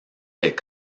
des